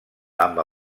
amb